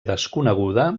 desconeguda